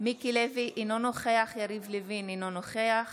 מיקי לוי, אינו נוכח יריב לוין, אינו נוכח